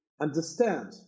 understand